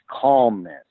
calmness